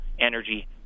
energy